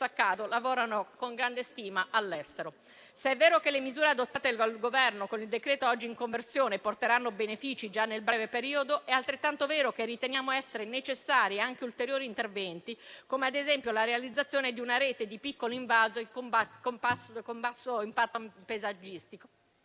accade, lavorano, con grande stima, all'estero. Se è vero che le misure adottate al Governo con il decreto-legge oggi in conversione porteranno benefici già nel breve periodo, è altrettanto vero che riteniamo essere necessari anche ulteriori interventi, come ad esempio la realizzazione di una rete di piccoli invasi con basso impatto paesaggistico,